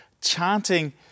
chanting